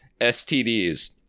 stds